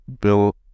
Bill